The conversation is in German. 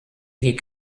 wie